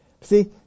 See